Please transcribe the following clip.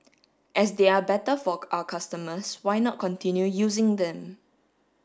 as they are better for our customers why not continue using them